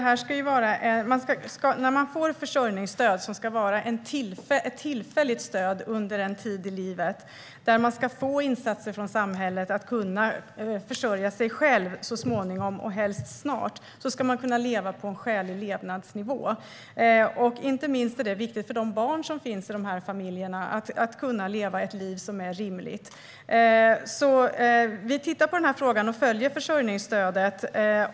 Herr talman! Försörjningsstöd ska vara ett tillfälligt stöd under en tid i livet. Man ska få insatser från samhället för att så småningom, och helst snart, kunna försörja sig själv. Under den tiden ska man kunna leva på en skälig levnadsnivå. Det är inte minst viktigt att de barn som finns i de här familjerna ska kunna leva ett rimligt liv. Vi tittar på frågan och följer försörjningsstödet.